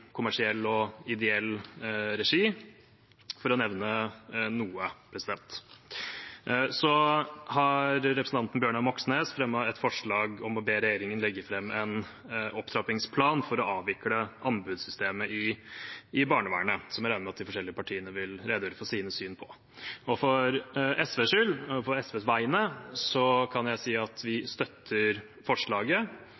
kommersiell og ideell regi, for å nevne noe. Så har representanten Bjørnar Moxnes fremmet et forslag om å be regjeringen legge fram en opptrappingsplan for å avvikle anbudssystemet i barnevernet, som jeg regner med at de forskjellige partiene vil redegjøre for sine syn på. På SVs vegne kan jeg si at vi